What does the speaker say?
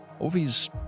Ovi's